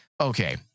okay